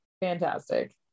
fantastic